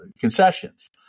concessions